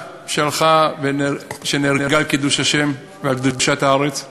שהלכה ושנהרגה על קידוש השם ועל קדושת הארץ,